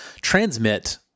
transmit